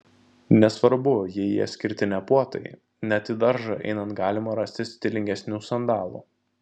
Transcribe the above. nesvarbu jei jie skirti ne puotai net į daržą einant galima rasti stilingesnių sandalų